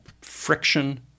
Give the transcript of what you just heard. friction